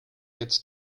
gets